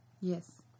Yes